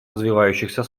развивающихся